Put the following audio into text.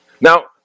Now